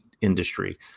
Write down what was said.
industry